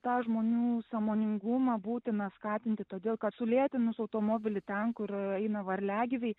tą žmonių sąmoningumą būtina skatinti todėl kad sulėtinus automobilį ten kur eina varliagyviai